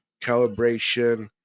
calibration